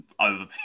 over